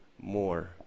more